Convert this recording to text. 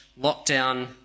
lockdown